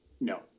No